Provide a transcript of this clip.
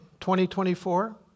2024